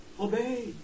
obey